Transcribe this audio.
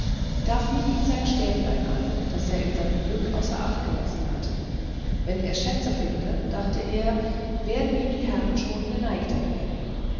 da fiel ihm sein stäblein das er in seinem glück außer acht gelassen hatte ein wenn er schätze finde dachte er werden ihm die herren schon geneigter werden